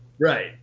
Right